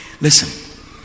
listen